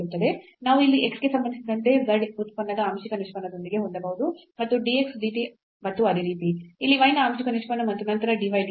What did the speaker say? ನಾವು ಇಲ್ಲಿ x ಗೆ ಸಂಬಂಧಿಸಿದಂತೆ z ಉತ್ಪನ್ನದ ಆಂಶಿಕ ನಿಷ್ಪನ್ನದೊಂದಿಗೆ ಹೊಂದಬಹುದು ಮತ್ತು dx dt ಮತ್ತು ಅದೇ ರೀತಿ ಇಲ್ಲಿ y ನ ಆಂಶಿಕ ನಿಷ್ಪನ್ನ ಮತ್ತು ನಂತರ dy dt